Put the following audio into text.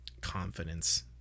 confidence